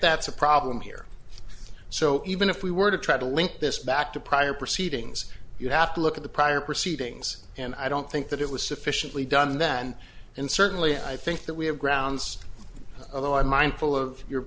that's a problem here so even if we were to try to link this back to prior proceedings you have to look at the prior proceedings and i don't think that it was sufficiently done then and certainly i think that we have grounds of though i'm mindful of your